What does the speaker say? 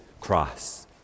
cross